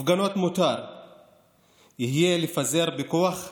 הפגנות מותר יהיה לפזר בכוח ואלימות?